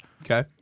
Okay